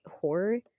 Horror